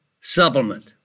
supplement